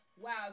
Wow